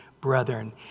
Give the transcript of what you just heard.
brethren